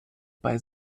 bei